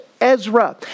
Ezra